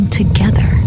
together